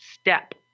step